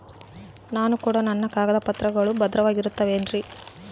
ನಾನು ಕೊಡೋ ನನ್ನ ಕಾಗದ ಪತ್ರಗಳು ಭದ್ರವಾಗಿರುತ್ತವೆ ಏನ್ರಿ?